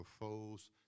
foes